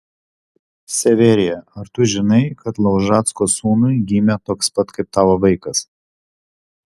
severija ar tu žinai kad laužacko sūnui gimė toks pat kaip tavo vaikas